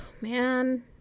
man